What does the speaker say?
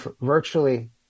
virtually